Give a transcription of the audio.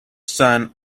son